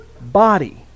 body